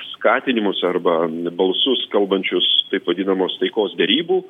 skatinimus arba balsus kalbančius taip vadinamos taikos derybų